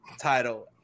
title